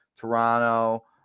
Toronto